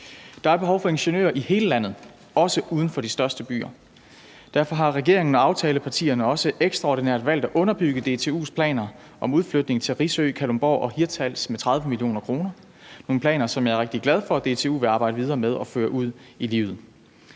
Der er behov for ingeniører i hele landet, også uden for de største byer. Derfor har regeringen og aftalepartierne også ekstraordinært valgt at underbygge DTU's planer om udflytning til Risø, Kalundborg og Hirtshals med 30 mio. kr. Det er nogle planer, som jeg er rigtig glad for DTU vil arbejde videre med og føre ud i livet.